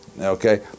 Okay